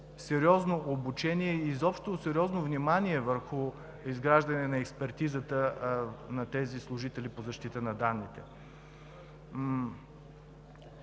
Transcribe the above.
сериозно обучение и изобщо сериозно внимание върху изграждане на експертизата на тези служители по защита на данните.